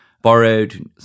borrowed